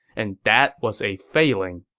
and that was a failing.